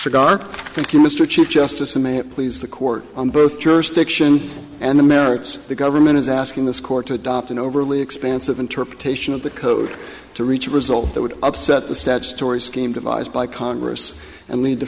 you mr chief justice and may it please the court on both jurisdiction and the merits the government is asking this court to adopt an overly expansive interpretation of the code to reach a result that would upset the statutory scheme devised by congress and lead t